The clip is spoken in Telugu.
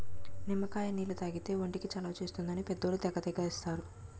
నిమ్మకాయ నీళ్లు తాగితే ఒంటికి చలవ చేస్తుందని పెద్దోళ్ళు తెగ తాగేస్తారు